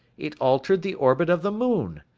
it altered the orbit of the moon.